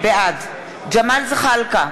בעד ג'מאל זחאלקה,